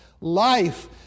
Life